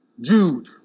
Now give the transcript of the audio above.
Jude